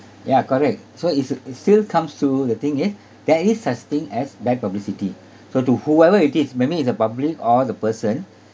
ya correct so it's a it still comes to the thing is there is such thing as bad publicity so to whoever it is maybe is the public or the person